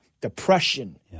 depression